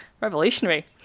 revolutionary